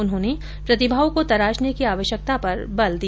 उन्होंने प्रतिभाओं को तराशने की आवश्यकता पर बल दिया